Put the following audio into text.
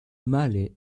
male